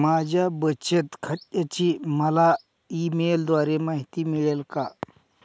माझ्या बचत खात्याची मला ई मेलद्वारे माहिती मिळेल का?